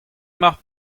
mar